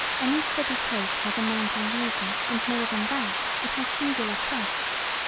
any steady cake has a mounting reason and more than that it has singular crusts.